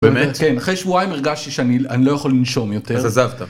באמת כן אחרי שבועיים הרגשתי שאני לא יכול לנשום יותר. אז עזבת